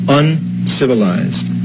uncivilized